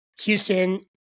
Houston